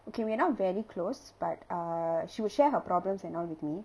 okay we're not very close but uh she would share her problems and all with me